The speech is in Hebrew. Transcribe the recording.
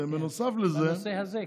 בנושא הזה,